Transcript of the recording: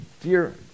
dear